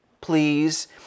please